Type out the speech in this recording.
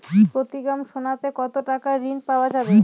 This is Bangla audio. প্রতি গ্রাম সোনাতে কত টাকা ঋণ পাওয়া যাবে?